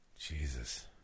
Jesus